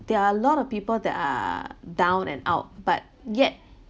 there are a lot of people that are down and out but yet